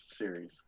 series